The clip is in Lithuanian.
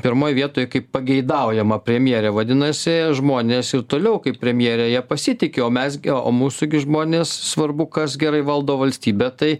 pirmoj vietoj kaip pageidaujama premjerė vadinasi žmonės ir toliau kaip premjere ja pasitiki o mes gi o mūsų žmonės svarbu kas gerai valdo valstybę tai